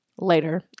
later